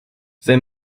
they